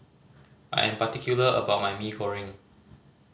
I am particular about my Mee Goreng